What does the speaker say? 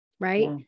right